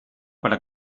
para